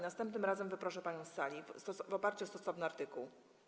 Następnym razem wyproszę panią z sali w oparciu o stosowny artykuł.